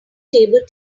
table